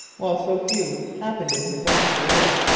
while so few happened in his own career,